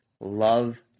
love